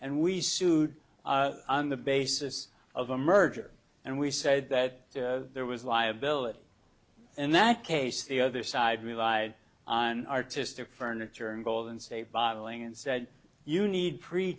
and we sued on the basis of a merger and we said that there was liability in that case the other side relied on artistic furniture and golden state bottling and said you need